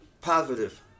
Positive